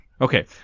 Okay